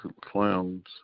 clowns